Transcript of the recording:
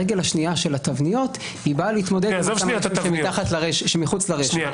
הרגל השנייה של התבניות באה להתמודד עם אותם אנשים שמחוץ לרשת.